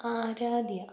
Aaradhya